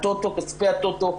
כספי הטוטו,